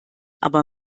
aber